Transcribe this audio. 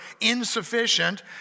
insufficient